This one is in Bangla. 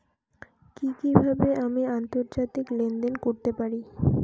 কি কিভাবে আমি আন্তর্জাতিক লেনদেন করতে পারি?